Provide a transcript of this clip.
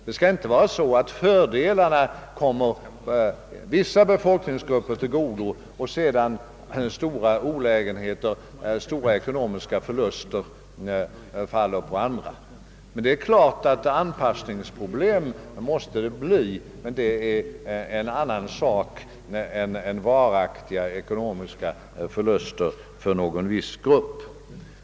Det får inte bli så, att fördelarna kommer vissa befolkningsgrupper till godo medan stora ekonomiska «olägenheter åsamkas andra grupper. Anpassningsproblem måste självfallet uppstå, men detta är något annat än varaktiga ekonomiska förluster för någon viss grupp.